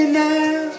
now